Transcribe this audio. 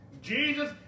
Jesus